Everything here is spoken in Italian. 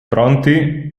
pronti